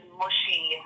mushy